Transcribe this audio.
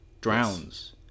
drowns